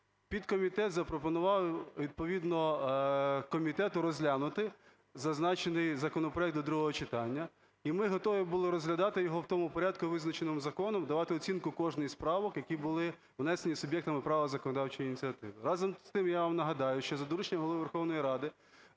Підкомітет запропонував, відповідно, комітету розглянути зазначений законопроект до другого читання. І ми готові були розглядати його в тому порядку, визначеним законом, давати оцінку кожній з правок, які були внесені суб'єктами права законодавчої ініціативи. Разом з тим, я вам нагадаю, що за дорученням Голови Верховної Ради